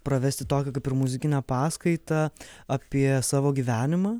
pravesti tokią kaip ir muzikinę paskaitą apie savo gyvenimą